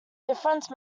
difference